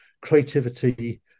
creativity